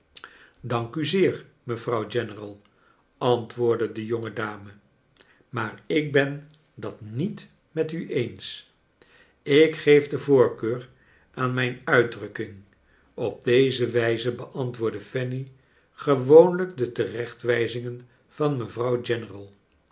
dank u zeer mevrouw general antwoordde de jonge dame maar ik ben het niet met u eens ik geef de voorkeur aan mijn uitdrukking op deze wijze beantwoordde fanny gewoonlijk de terechtwijzingen van mevrouw general